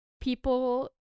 people